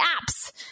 app's